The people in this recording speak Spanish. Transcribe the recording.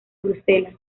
bruselas